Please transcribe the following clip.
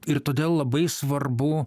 ir todėl labai svarbu